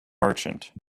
merchant